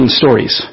stories